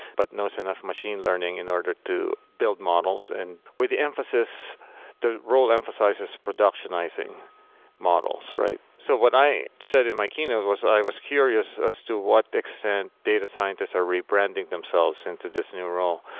but knows enough machine learning in order to build models. and with the emphasis the role emphasizes productionizing models, right? so what i said in my keynote was i was curious as to what extent data scientists are rebranding themselves into this new role.